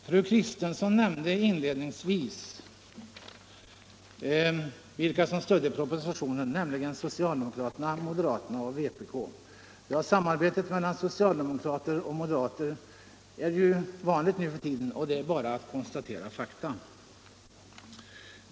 Fru Kristensson nämnde inledningsvis vilka som stödde propositionen, nämligen socialdemokraterna, moderaterna och vänsterpartiet kommunisterna. Samarbetet mellan socialdemokrater och moderater är ju vanligt nu för tiden; det är bara att konstatera fakta.